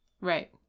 Right